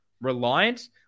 reliant